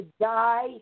die